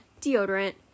deodorant